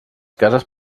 cases